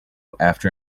after